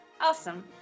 Awesome